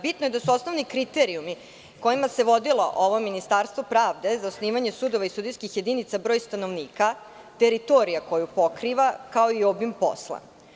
Bitno je da su osnovni kriterijumi kojima se vodilo ovo Ministarstvo pravde za osnivanje sudova i sudijskih jedinica broj stanovnika, teritorija koju pokriva, kao i obim posla.